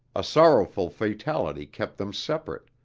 a sorrowful fatality kept them separate,